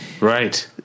right